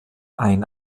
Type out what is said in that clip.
ein